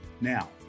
Now